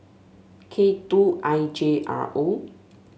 K two I J R O